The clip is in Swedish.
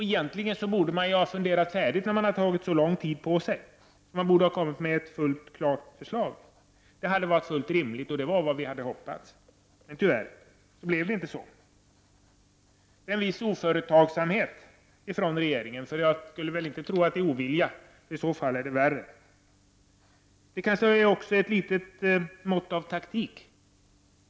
Egentligen borde regeringen ha funderat färdigt, eftersom den har tagit så lång tid på sig, och lagt fram ett klart förslag. Det hade varit rimligt, och det var vad vi hade hoppats, men tyvärr blev det inte så. Det visar en viss oföretagsamhet från regeringen. Jag tror nämligen inte att det är fråga om ovilja, i så fall är det värre. Det kanske också är ett litet mått av taktik.